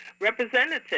representative